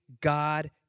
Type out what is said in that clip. God